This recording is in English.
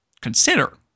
consider